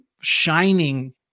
shining